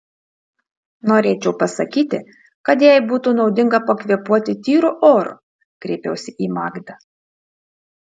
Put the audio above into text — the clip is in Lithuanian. norėčiau pasakyti kad jai būtų naudinga pakvėpuoti tyru oru kreipiausi į magdą